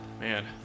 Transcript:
Man